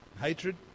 hatred